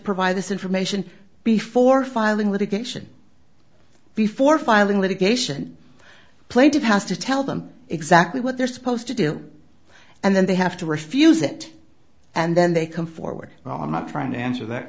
provide this information before filing litigation before filing litigation plaintiff has to tell them exactly what they're supposed to do and then they have to refuse it and then they come forward no i'm not trying to answer that